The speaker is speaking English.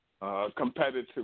competitive